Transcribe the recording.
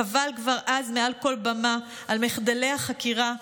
קבל כבר אז מעל כל במה על מחדלי החקירה,